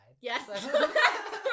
Yes